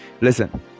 listen